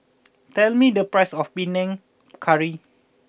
tell me the price of Panang Curry